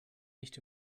nicht